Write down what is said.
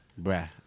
Bruh